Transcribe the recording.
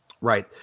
Right